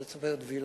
ואני זוכר את וילן.